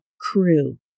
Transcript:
crew